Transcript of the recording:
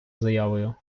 заявою